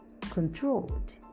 controlled